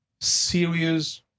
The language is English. serious